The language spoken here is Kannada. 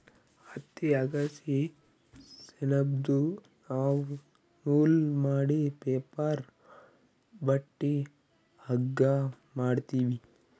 ಹತ್ತಿ ಅಗಸಿ ಸೆಣಬ್ದು ನಾವ್ ನೂಲ್ ಮಾಡಿ ಪೇಪರ್ ಬಟ್ಟಿ ಹಗ್ಗಾ ಮಾಡ್ತೀವಿ